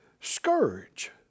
scourge